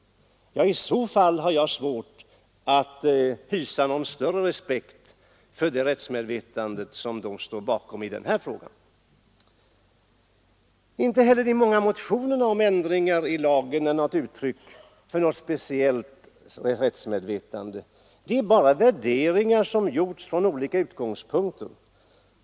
I så fall har jag svårt att hysa någon större respekt för det rättsmedvetande som står bakom deras uppfattning i den här frågan. Inte heller de många motionerna om ändringar i lagen är uttryck för något speciellt rättsmedvetande. Det är bara värderingar som gjorts från olika utgångspunkter.